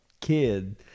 kid